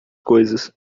coisas